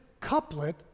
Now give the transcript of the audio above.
couplet